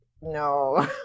no